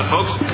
folks